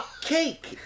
Cake